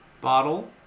Bottle